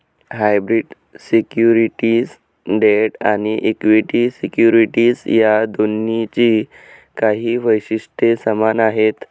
hybrid securities debt आणि equity securities या दोन्हींची काही वैशिष्ट्ये समान आहेत